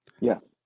Yes